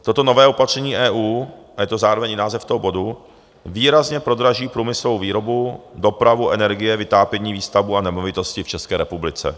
Toto nové opatření EU je to zároveň i název toho bodu výrazně prodraží průmyslovou výrobu, dopravu, energie, vytápění, výstavbu a nemovitosti v České republice.